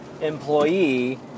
employee